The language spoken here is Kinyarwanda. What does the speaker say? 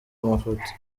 amafoto